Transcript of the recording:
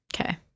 Okay